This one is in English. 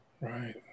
Right